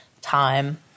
time